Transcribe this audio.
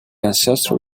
ancestral